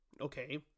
okay